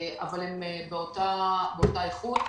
הם באותה איכות.